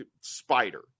spider